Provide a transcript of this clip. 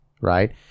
right